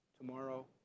tomorrow